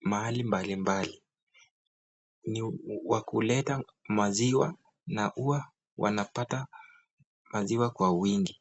mahali mbalimbali, ni wa kuleta maziwa na huwa wanapata maziwa kwa wingi.